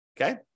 okay